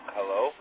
Hello